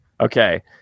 Okay